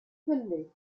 fündig